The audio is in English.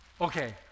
Okay